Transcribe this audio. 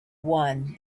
one